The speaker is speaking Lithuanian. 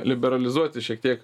liberalizuoti šiek tiek